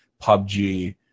PUBG